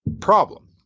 problem